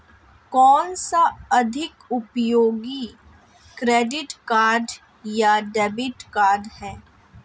कौनसा अधिक उपयोगी क्रेडिट कार्ड या डेबिट कार्ड है?